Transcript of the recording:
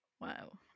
Wow